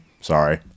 sorry